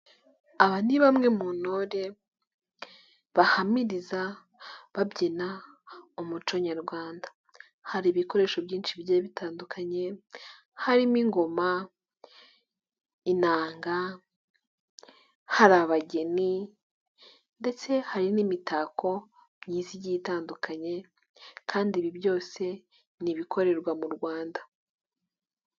Aba ni bamwe mu ntore bahamiriza babyina umuco nyarwanda, hari ibikoresho byinshi bigiye bitandukanye harimo ingoma, inanga, hari abageni ndetse hari n'imitako myiza igiye itandukanye kandi ibi byose ni ibikorerwa mu Rwanda.